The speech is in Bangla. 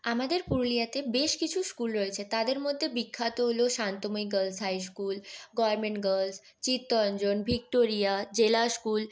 আমাদের পুরুলিয়াতে বেশ কিছু স্কুল রয়েছে তাদের মধ্যে বিখ্যাত হল Shantamoyee girls high school government girls Chittaranjan Victoria Zilla school